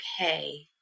okay